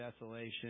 desolation